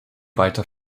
weiter